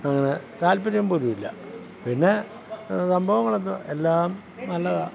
അങ്ങനെ താൽപ്പര്യം പോലുവില്ല പിന്നെ സംഭവങ്ങളൊന്നും എല്ലാം നല്ലതാണ്